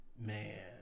Man